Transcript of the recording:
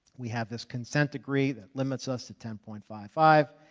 we have this consent decree that limits us to ten point five five.